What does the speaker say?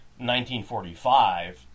1945